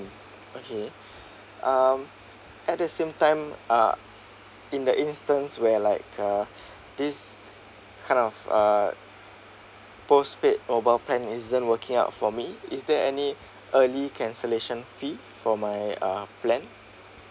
okay um at the same time uh in the instance where like uh this kind of uh postpaid mobile plan isn't working out for me is there any early cancellation fee for my uh plan